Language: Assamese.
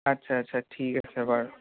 আচ্ছা আচ্ছা ঠিক আছে বাৰু